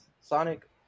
Sonic